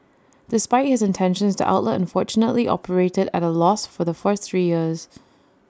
despite his intentions the outlet unfortunately operated at A loss for the first three years